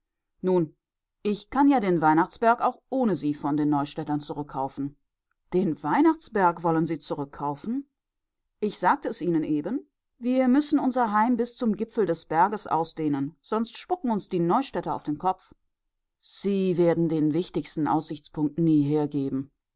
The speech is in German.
nun ich kann ja den weihnachtsberg auch ohne sie von den neustädtern zurückkaufen den weihnachtsberg wollen sie zurückkaufen ich sagte es ihnen eben wir müssen unser heim bis zum gipfel des berges ausdehnen sonst spucken uns die neustädter auf den kopf sie werden den wichtigsten aussichtspunkt nie hergeben